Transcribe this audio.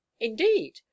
indeed